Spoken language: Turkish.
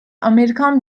amerikan